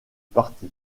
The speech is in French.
parti